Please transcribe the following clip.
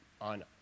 on